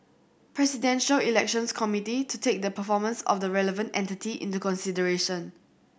Presidential Elections Committee to take the performance of the relevant entity into consideration